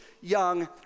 young